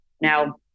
now